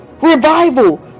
revival